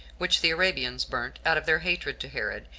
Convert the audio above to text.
which the arabians burnt, out of their hatred to herod,